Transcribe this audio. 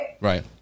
Right